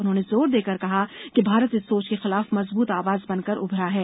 उन्होंने जोर देकर कहा कि भारत इस सोच के खिलाफ मजबूत आवाज बन कर उभरा है